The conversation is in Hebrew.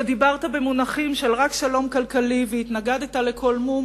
שדיברת במונחים של רק שלום כלכלי והתנגדת לכל משא-ומתן,